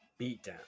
Beatdown